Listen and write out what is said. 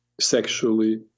sexually